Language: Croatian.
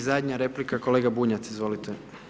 I zadnja replika, kolega Bunjac, izvolite.